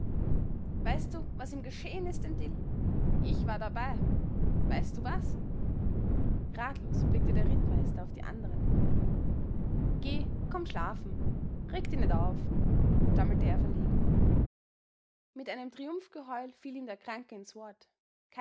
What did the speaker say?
weißt du was ihm geschehen ist dem dill ich war dabei weißt du was ratlos blickte der rittmeister auf die andern geh komm schlafen reg di net auf stammelte er verlegen mit einem triumphgeheul fiel ihm der kranke ins wort